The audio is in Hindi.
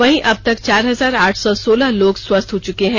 वहीं अब तक चार हजार आठ सौ सोलह लोग स्वस्थ हो चुके हैं